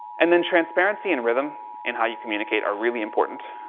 and then transparency and rhythm in how you communicate are really important,